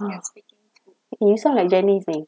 oh you sound like janice leh